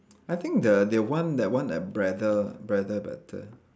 I think the the one that one at Braddell Braddell better